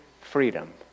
freedom